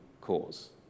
cause